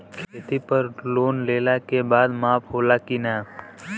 खेती पर लोन लेला के बाद माफ़ होला की ना?